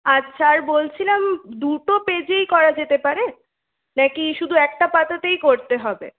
আচ্ছা আর বলছিলাম দুটো পেজেই করা যেতে পারে নাকি শুধু একটা পাতাতেই করতে হবে